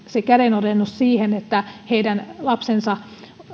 kädenojennus siihen että heidän lapsensa